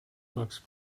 books